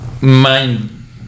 mind